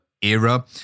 era